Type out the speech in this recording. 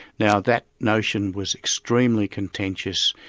now that notion was extremely contentious,